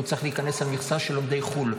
הוא צריך להיכנס על מכסת לומדי חו"ל.